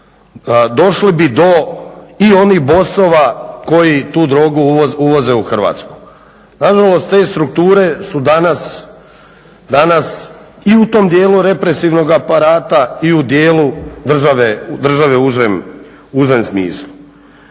došli bi do i onih bossova koji tu drogu uvoze u Hrvatsku. Nažalost, te strukture su danas i u tom dijelu represivnog aparata i u dijelu države u užem smislu.